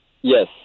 yes